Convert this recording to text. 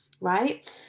right